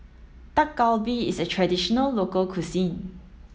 Dak Galbi is a traditional local cuisine